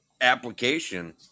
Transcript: application